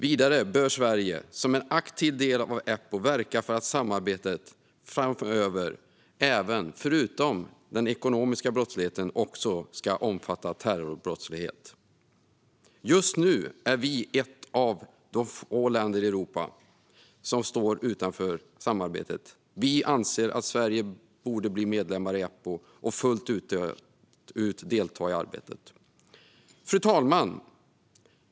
Vidare bör Sverige som en aktiv del av Eppo verka för att samarbetet framöver även, förutom den ekonomiska brottsligheten, ska omfatta terrorbrottslighet. Just nu är vi ett av få länder i Europa som står utanför samarbetet. Vi anser att Sverige borde bli medlem i Eppo och fullt ut delta i arbetet. Fru talman!